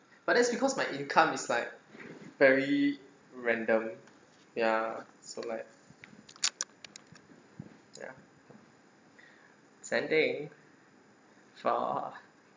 but that's because my income is like very random ya so like ya sending four